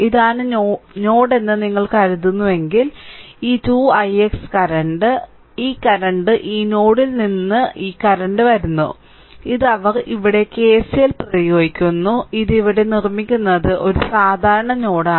ഇതാണ് നോഡ് എന്ന് നിങ്ങൾ കരുതുന്നുവെങ്കിൽ ഈ 2 ix കറന്റ് ഈ കറന്റ് ഈ നോഡിൽ നിന്ന് ഈ കറന്റ് വരുന്നു ഇത് അവർ ഇവിടെ കെസിഎൽ പ്രയോഗിക്കുന്നു ഇത് ഇവിടെ നിർമ്മിക്കുന്നത് ഒരു സാധാരണ നോഡാണ്